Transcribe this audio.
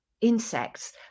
insects